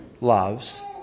loves